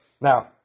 Now